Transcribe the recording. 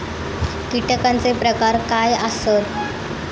कीटकांचे प्रकार काय आसत?